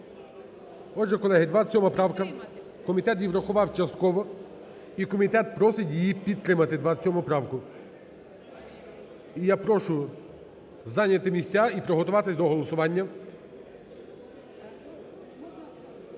Підтримати. ГОЛОВУЮЧИЙ. Комітет її врахував частково. І комітет просить її підтримати, 27 правку. І я прошу зайняти місця і приготуватись до голосування.